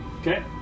Okay